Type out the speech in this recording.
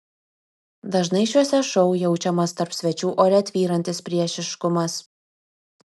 dažnai šiuose šou jaučiamas tarp svečių ore tvyrantis priešiškumas